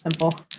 Simple